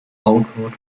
outward